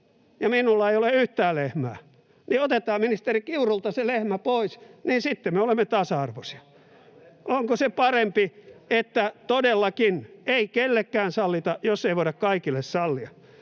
ja minulla ei ole yhtään lehmää, niin otetaan ministeri Kiurulta se lehmä pois, niin sitten me olemme tasa-arvoisia. [Johannes Koskisen välihuuto] Onko se parempi, että, todellakin, ei kellekään sallita, jos ei voida kaikille sallia?